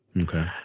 Okay